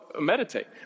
meditate